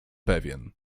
pewien